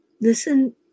Listen